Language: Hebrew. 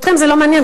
אתכם זה לא מעניין,